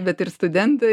bet ir studentai